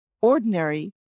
ordinary